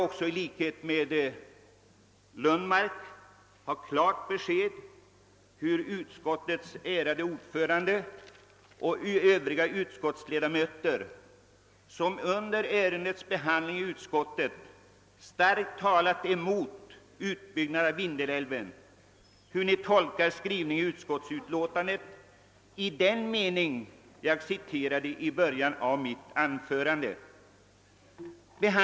I likhet med herr Lundmark vill jag ha klart besked om hur utskottets ärade ordförande och övriga utskottsledamöter, som under ärendets behandling i utskottet talade mot en utbyggnad av Vindelälven, har tolkat skrivningen i utskottsutlåtandet i den mening jag citerade i början av mitt anförande.